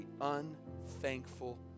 unthankful